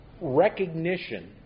recognition